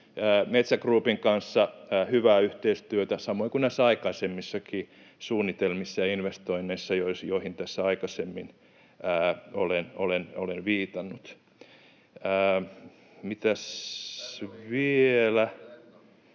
Metsä Groupin kanssa hyvää yhteistyötä, samoin kuin näissä aikaisemmissakin suunnitelmissa ja investoinneissa, joihin tässä aikaisemmin olen viitannut. [Petri